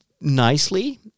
nicely